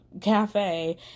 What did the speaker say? cafe